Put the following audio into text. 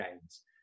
games